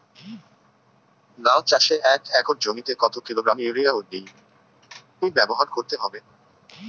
লাউ চাষে এক একর জমিতে কত কিলোগ্রাম ইউরিয়া ও ডি.এ.পি ব্যবহার করতে হবে?